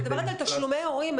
אני מדברת על תשלומי הורים.